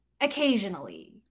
occasionally